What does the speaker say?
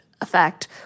effect